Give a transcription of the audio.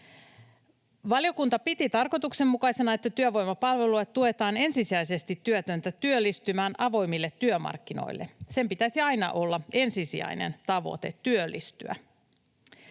Valiokunta piti tarkoituksenmukaisena, että työvoimapalveluilla tuetaan ensisijaisesti työtöntä työllistymään avoimille työmarkkinoille. Sen pitäisi aina olla ensisijainen tavoite, työllistyä.